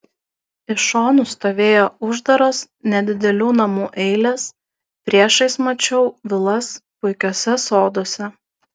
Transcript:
iš šonų stovėjo uždaros nedidelių namų eilės priešais mačiau vilas puikiuose soduose